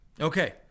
Okay